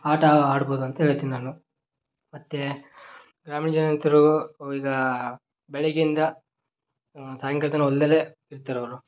ಆಟ ಆಡ್ಬೋದಂತ ಹೇಳ್ತೀನಿ ನಾನು ಮತ್ತೆ ಗ್ರಾಮೀಣ ಜನ ರೈತರು ಈಗ ಬೆಳಗ್ಗೆಯಿಂದ ಸಾಯಂಕಾಲ ತನಕ ಹೊಲ್ದಲ್ಲೇ ಇರ್ತಾರವ್ರು